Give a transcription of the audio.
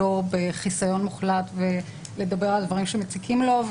בחיסיון מוחלט ולדבר על דברים שמציקים לו.